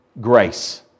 grace